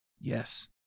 Yes